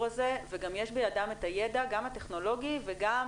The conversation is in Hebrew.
הזה וגם יש בידם את הידע גם הטכנולוגי וגם